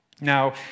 Now